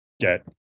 get